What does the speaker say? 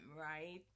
right